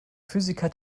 physiker